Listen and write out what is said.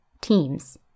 Teams